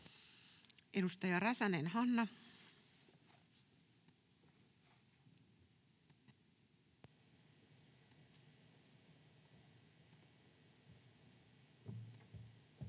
Edustaja Räsänen, Hanna. Arvoisa